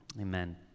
Amen